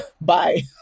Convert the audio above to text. bye